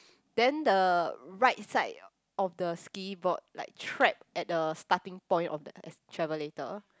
then the right side of the ski board like trapped at the starting point of the es~ travelator